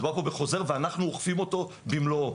מדובר פה בחוזר ואנחנו אוכפים אותו במלואו.